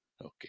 Okay